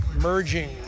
merging